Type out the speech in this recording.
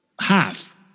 half